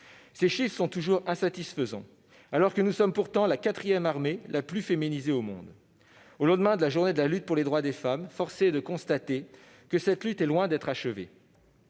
Ces chiffres sont toujours insatisfaisants, alors que nous avons pourtant la quatrième armée la plus féminisée au monde. Au lendemain de la Journée internationale des droits des femmes, force est de constater que cette lutte est loin d'être achevée.